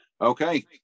Okay